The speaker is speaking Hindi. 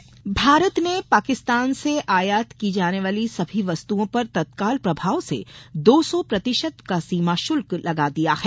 सीमा शुल्क भारत ने पाकिस्तान से आयात की जाने वाली सभी वस्तुओं पर तत्काल प्रभाव से दो सौ प्रतिशत का सीमा शल्क लगा दिया है